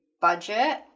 budget